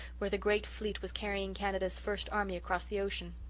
where the great fleet was carrying canada's first army across the ocean.